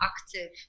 active